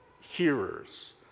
hearers